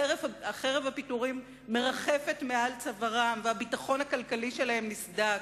חרב הפיטורים מרחפת מעל צווארם והביטחון הכלכלי שלהם נסדק.